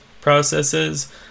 processes